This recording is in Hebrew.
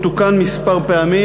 הוא תוקן מספר פעמים.